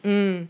mm